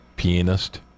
pianist